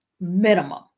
minimum